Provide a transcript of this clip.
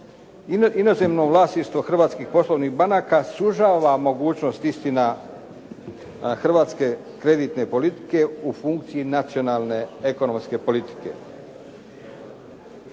Inozemno vlasništvo hrvatskih poslovnih banaka sužava mogućnost istina hrvatske kreditne politike u funkciji nacionalne ekonomske politike.